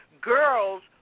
girls